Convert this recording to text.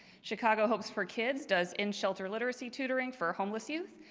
chicago hopes for kids does in shelter literacy tutoring for homeless youth,